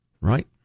Right